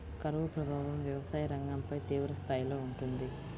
కరువు ప్రభావం వ్యవసాయ రంగంపై తీవ్రస్థాయిలో ఉంటుంది